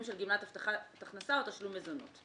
של גמלת הבטחת הכנסה או תשלום מזונות.